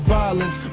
violence